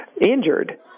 injured